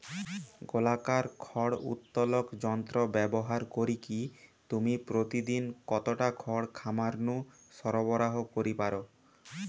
গোলাকার খড় উত্তোলক যন্ত্র ব্যবহার করিকি তুমি প্রতিদিন কতটা খড় খামার নু সরবরাহ করি পার?